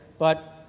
but,